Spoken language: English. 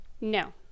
No